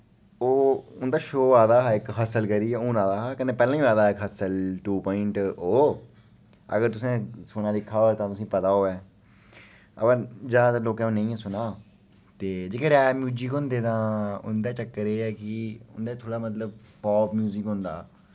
ओह् उं'दा शो आ दा हा इक हस्सल करियै हुन आ दा हा कन्नै पैह्लें बी आ दा हा इक हस्सल टू पाइंट ओ अगर तुसें सुनेआ दिक्खा होऐ तां तुसें पता होऐ हां बा जैदातर लोकें ओह् नेईं ऐ सुने दा ते जेह्के रैप म्यूजिक होंदे तां उं'दा चक्कर एह् ऐ कि उं'दे थोह्ड़ा मतलब पाप म्यूजिक होंदा